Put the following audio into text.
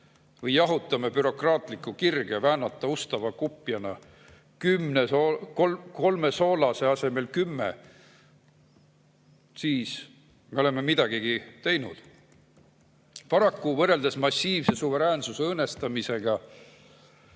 või jahutame bürokraatlikku kirge väänata ustava kupjana kolme soolase asemel kümme, siis me oleme midagigi teinud. Paraku võrreldes massiivse suveräänsuse õõnestamisega